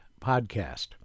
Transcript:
Podcast